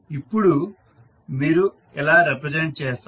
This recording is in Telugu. ఇప్పుడు మీరు ఎలా రిప్రజెంట్ చేస్తారు